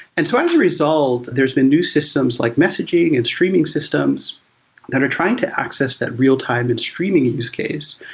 and so as a result, there's been new systems like messaging and streaming systems that are trying to access that real-time and streaming use case,